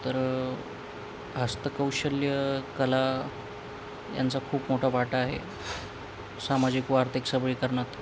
तर हस्तकौशल्य कला यांचा खूप मोठा वाटा आहे सामाजिक व आर्थिक सबलीकरणात